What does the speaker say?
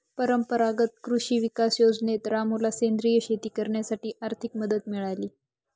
परंपरागत कृषी विकास योजनेत रामूला सेंद्रिय शेती करण्यासाठी आर्थिक मदत मिळाली